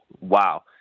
wow